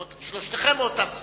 שלושתכם מאותה סיעה,